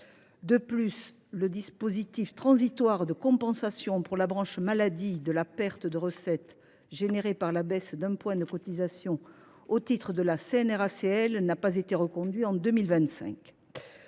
ensuite, le dispositif transitoire de compensation pour la branche maladie de la perte de recettes engendrée par la baisse d’un point de cotisation au titre de la Caisse nationale de retraites des